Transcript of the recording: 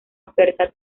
oferta